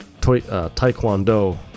Taekwondo